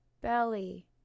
belly